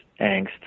angst